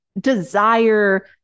desire